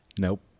Nope